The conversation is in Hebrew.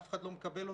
אך אחד לא מקבל אותנו.